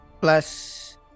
plus